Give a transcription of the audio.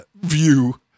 view